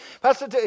Pastor